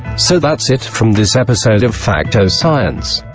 so that's it from this episode of fact o science.